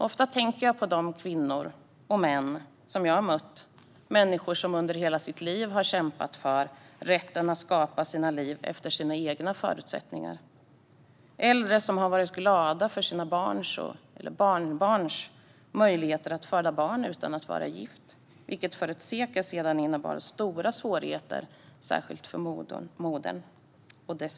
Jag tänker ofta på de kvinnor och män jag har mött som under hela sina liv har kämpat för rätten att skapa sina liv efter sina egna förutsättningar. Jag har mött äldre som har varit glada för sina barns eller barnbarns möjlighet att föda barn utan att vara gifta, något som för ett sekel sedan innebar stora svårigheter för både moder och barn.